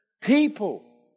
People